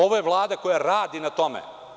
Ovo je Vlada koja radi na tome.